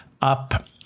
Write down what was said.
up